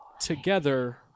together